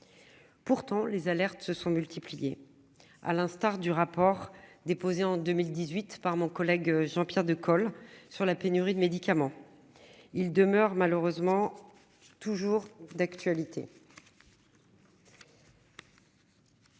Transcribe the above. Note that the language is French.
Pourtant les alertes se sont multipliées à l'instar du rapport déposé en 2018 par mon collègue Jean-Pierre de colle sur la pénurie de médicaments. Ils demeurent malheureusement. Toujours d'actualité.